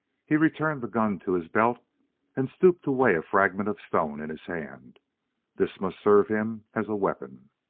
he returned the gun to his belt and stooped to weigh a fragment of stone in his hand this must serve him as a weapon.